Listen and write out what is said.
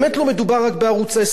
ולא מדובר בחדשות המקומיות,